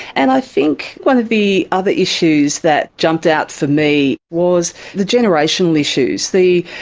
and i think one of the other issues that jumped out for me was the generational issues. the.